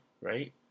right